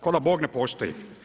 Kao da Bog ne postoji.